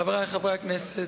חברי חברי הכנסת,